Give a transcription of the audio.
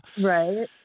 Right